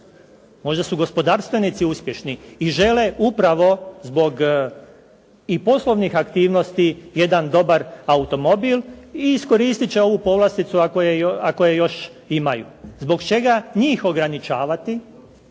možda su gospodarstvenici uspješni i žele upravo zbog i poslovnih aktivnosti jedan dobar automobil i iskoristiti će ovu povlasticu ako je još imaju. Zbog čega njih ograničavati,